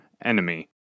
enemy